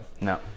No